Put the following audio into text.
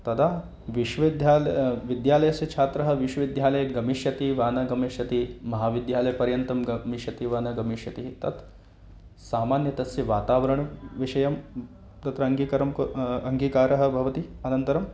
तदा विश्वविद्यालयः विद्यालयस्य छात्रः विश्वविद्यालयं गमिष्यति वा न गमिष्यति महाविद्यालयपर्यन्तं गमिष्यति वा न गमिष्यति तत् सामान्यं तस्य वातावरणं विषयं तत्र अङ्गीकारं कु अङ्गीकारः भवति अनन्तरम्